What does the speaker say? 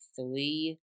Three